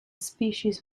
species